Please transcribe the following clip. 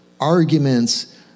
arguments